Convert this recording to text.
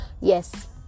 yes